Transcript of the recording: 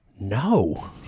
no